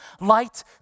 light